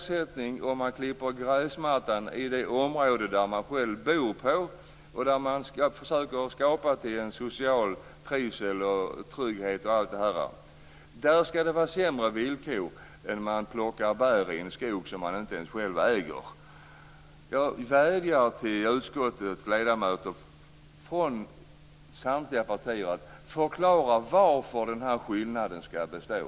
sämre villkor om man klipper gräsmattan i det område där man själv bor och där man försöker skapa social trivsel och trygghet m.m. än när man plockar bär i en skog som man inte ens själv äger? Jag vädjar till utskottets ledamöter från samtliga partier: Förklara varför den här skillnaden skall bestå.